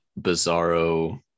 bizarro